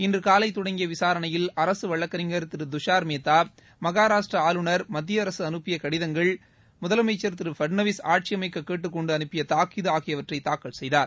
இன்று காலை தொடங்கிய விசாரணையில் அரசு வழக்கறிஞர் திரு துஷார் மேத்தா மகாராஷட்ர ஆளுநர் மத்தியஅரசு அனுப்பிய கடிதங்கள் முதலமைச்சர் திரு பட்நாவிஸ் ஆட்சி அமைக்க கேட்டுக்கொண்டு அனுப்பிய தாக்கீது ஆகியவற்றை தாக்கல் செய்தார்